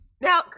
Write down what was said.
Now